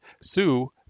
sue